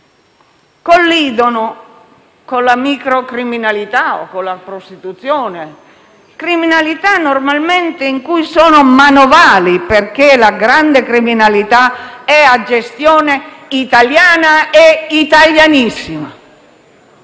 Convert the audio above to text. collidono con la microcriminalità o con la prostituzione; una criminalità in cui sono normalmente manovali, perché la grande criminalità è a gestione italiana, italianissima.